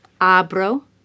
Abro